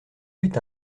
eut